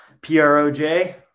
P-R-O-J